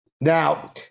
Now